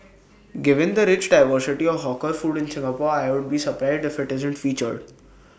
given the rich diversity of hawker food in Singapore I'd be surprised if IT isn't featured